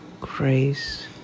grace